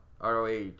ROH